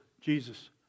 Jesus